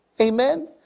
Amen